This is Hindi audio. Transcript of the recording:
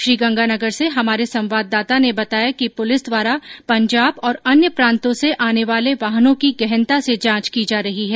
श्रीगंगानगर से हमारे संवादाता ने बताया कि पुलिस द्वारा पंजाब और अन्य प्रान्तों से आने वाले वाहनों की गहनता से जांच की जा रही है